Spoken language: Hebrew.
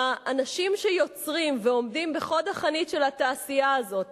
האנשים שיוצרים ועומדים בחוד החנית של התעשייה הזאת,